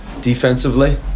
defensively